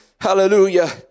hallelujah